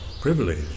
privilege